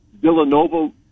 Villanova